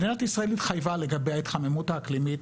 לגבי ההתחממות האקלימית,